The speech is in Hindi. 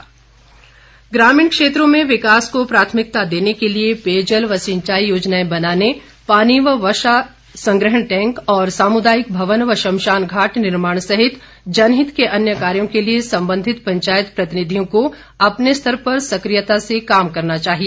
बरागटा ग्रामीण क्षेत्रों में विकास को प्राथमिकता देने के लिए पेयजल व सिंचाई योजनाएं बनाने पानी व वर्षा संग्रहण टैंक और सामुदायिक भवन व शमशानघाट निर्माण सहित जनहित के अन्य कार्यों के लिए संबंधित पंचायत प्रतिनिधियों को अपने स्तर पर सक्रियता से काम करना चाहिए